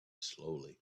slowly